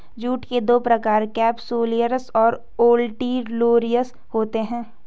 jute के दो प्रकार केपसुलरिस और ओलिटोरियस होते हैं